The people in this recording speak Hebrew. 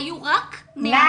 היו רק נערים.